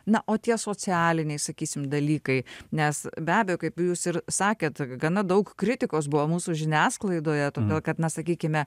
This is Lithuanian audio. na o tie socialiniai sakysim dalykai nes be abejo kaip jūs ir sakėt gana daug kritikos buvo mūsų žiniasklaidoje todėl kad na sakykime